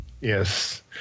Yes